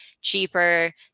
cheaper